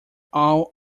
all